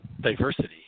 diversity